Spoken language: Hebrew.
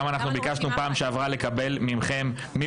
גם אנחנו ביקשנו פעם שעברה לקבל מכם מי